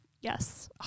yes